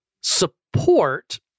support